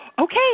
okay